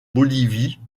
bolivie